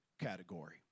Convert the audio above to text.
category